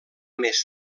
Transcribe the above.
més